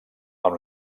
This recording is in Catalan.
amb